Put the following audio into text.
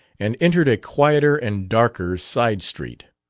and entered a quieter and darker side-street.